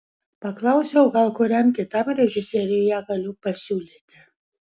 paklausiau gal kuriam kitam režisieriui ją galiu pasiūlyti